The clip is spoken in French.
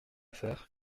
faire